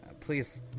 please